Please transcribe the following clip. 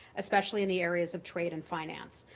especially in the areas of trade and finance.